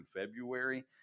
February